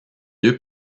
deux